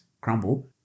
crumble